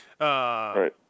Right